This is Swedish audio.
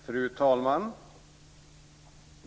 Fru talman!